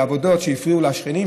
בעבודות שהפריעו לשכנים,